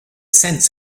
sense